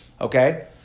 Okay